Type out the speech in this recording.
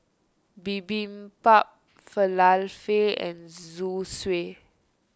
Bibimbap Falafel and Zosui